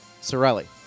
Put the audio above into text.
Sorelli